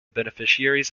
beneficiaries